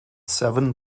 seven